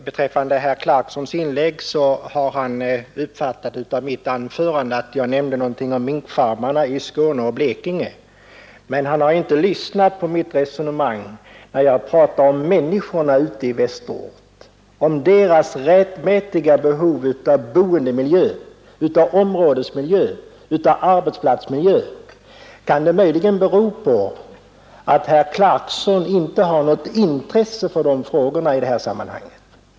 Herr talman! Herr Clarkson har av mitt anförande uppfattat, att jag nämnt något om minkfarmerna i Skåne och Blekinge. Men han har inte lyssnat på mitt resonemang, när jag pratade om människorna ute i Västerort, om deras rättmätiga behov av boendemiljö, utav områdesmiljö, utav arbetsplatsmiljö. Kan det möjligen bero på att herr Clarkson inte har något intresse för de frågorna i det här sammanhanget?